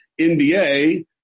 NBA